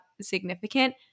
significant